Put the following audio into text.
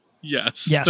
Yes